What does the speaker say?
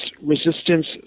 resistance